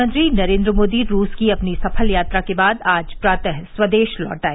प्रधानमंत्री नरेन्द्र मोदी रूस की अपनी सफल यात्रा के बाद आज प्रातः स्वदेश लौट आए